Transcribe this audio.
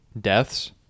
deaths